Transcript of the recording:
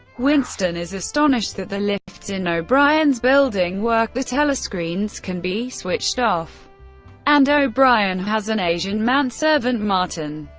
winston is astonished that the lifts in o'brien's building work, the telescreens can be switched off and o'brien has an asian manservant, martin.